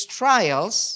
trials